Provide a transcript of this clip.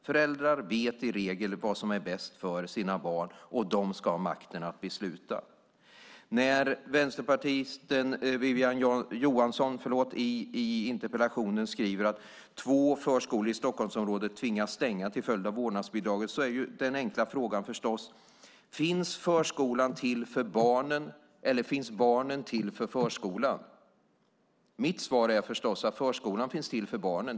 Föräldrar vet i regel vad som är bäst för barnen och de ska ha makt att besluta. När vänsterpartisten Wiwi-Anne Johansson i interpellationen skriver att två förskolor i Stockholmsområdet tvingats stänga till följd av vårdnadsbidraget är naturligtvis den enkla frågan: Finns förskolan till för barnen eller finns barnen till för förskolan? Mitt svar är att förskolan finns till för barnen.